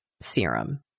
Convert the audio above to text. serum